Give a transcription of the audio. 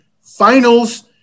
Finals